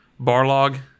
Barlog